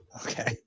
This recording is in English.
Okay